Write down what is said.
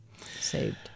saved